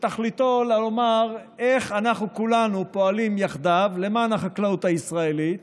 תכליתו לומר איך אנחנו כולנו פועלים יחדיו למען החקלאות הישראלית,